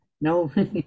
no